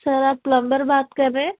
سر آپ پلمبر بات کر رہے ہیں